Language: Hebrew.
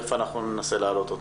תכף ננסה להעלות אותה.